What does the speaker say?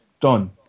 Done